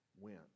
went